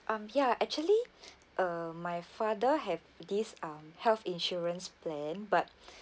um ya actually uh my father have these um health insurance plan but